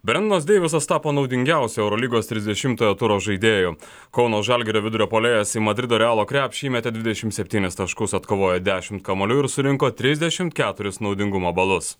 brendonas deivisas tapo naudingiausiu eurolygos trisdešimtojo turo žaidėju kauno žalgirio vidurio puolėjas į madrido realo krepšį įmetė dvidešim septynis taškus atkovojo dešimt kamuolių ir surinko trisdešimt keturis naudingumo balus